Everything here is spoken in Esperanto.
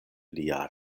lia